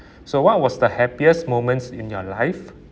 so what was the happiest moments in your life